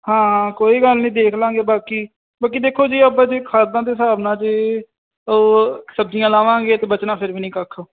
ਹਾਂ ਕੋਈ ਗੱਲ ਨਹੀਂ ਦੇਖ ਲਵਾਂਗੇ ਬਾਕੀ ਬਾਕੀ ਦੇਖੋ ਜੇ ਆਪਾਂ ਜੇ ਖਾਦਾਂ ਦੇ ਹਿਸਾਬ ਨਾਲ ਜੇ ਸਬਜ਼ੀਆਂ ਲਾਵਾਂਗੇ ਤਾਂ ਬਚਣਾ ਫਿਰ ਵੀ ਨਹੀਂ ਕੱਖ